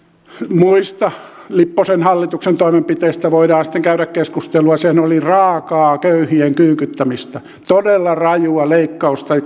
muista lipposen hallituksen toimenpiteistä voidaan sitten käydä keskustelua sehän oli raakaa köyhien kyykyttämistä todella rajua leikkausta